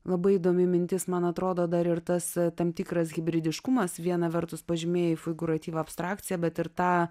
labai įdomi mintis man atrodo dar ir tas tam tikras hibridiškumas viena vertus pažymėjai figūratyva abstrakcija bet ir tą